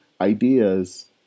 ideas